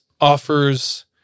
offers